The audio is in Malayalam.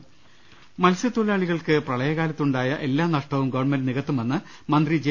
് മത്സ്യത്തൊഴിലാളികൾക്ക് പ്രളയകാലത്ത് ഉണ്ടായ എല്ലാ നഷ്ടവും ഗവൺ മെന്റ് നികത്തുമെന്ന് മന്ത്രി ജെ